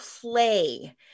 play